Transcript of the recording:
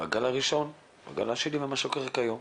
בין הגל הראשון לבין הגל השני ולבין מה שקורה כיום.